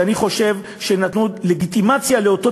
כך שאני חושב שנתנו לגיטימציה לאותו